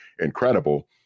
incredible